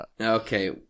Okay